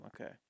Okay